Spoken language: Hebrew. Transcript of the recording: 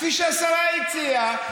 כפי שהשרה הציעה,